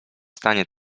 stanie